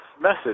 message